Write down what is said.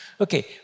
Okay